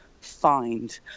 find